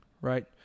right